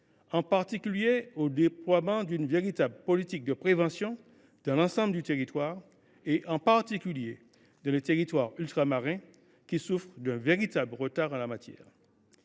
en particulier au déploiement d’une véritable politique de prévention dans l’ensemble du territoire, spécifiquement dans les territoires ultramarins, qui souffrent d’un véritable retard à la matière.